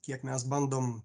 kiek mes bandom